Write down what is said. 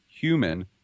human